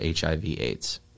HIV-AIDS